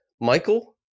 Michael